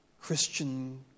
Christian